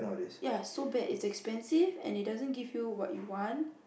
ya so bad is expensive and it doesn't give you what you want